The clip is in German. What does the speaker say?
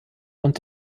und